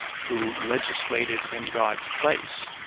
who legislated in god's place,